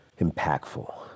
impactful